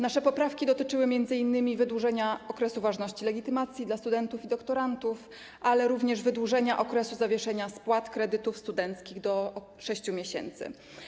Nasze poprawki dotyczyły m.in. wydłużenia okresu ważności legitymacji dla studentów i doktorantów, ale również wydłużenia okresu zawieszenia spłat kredytów studenckich do 6 miesięcy.